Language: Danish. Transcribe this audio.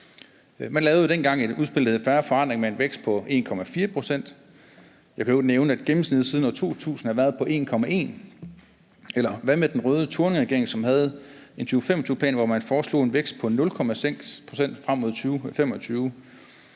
Man lavede jo dengang et udspil, der hed »Fair Forandring« med en vækst på 1,4 pct. Jeg kan i øvrigt nævne, at gennemsnittet siden år 2000 har været på 1,5 pct. Eller hvad med den røde Thorningregering, som havde en 2025-plan, hvor man foreslog en vækst på 0,6 pct. frem mod 2025?